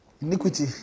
Iniquity